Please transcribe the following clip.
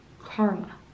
karma